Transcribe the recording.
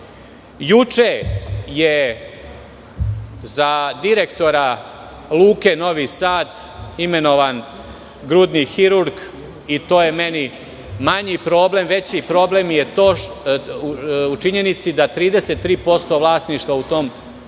Juče je za direktora Luke Novi Sad imenovan grudni hirurg i to je meni manji problem. Veći problem je u činjenici da 33% vlasništva u toj Luci